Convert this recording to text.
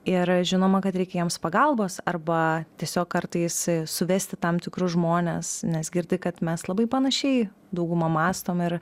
ir žinoma kad reikia jiems pagalbos arba tiesiog kartais suvesti tam tikrus žmones nes girdi kad mes labai panašiai dauguma mąstom ir